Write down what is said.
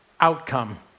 outcome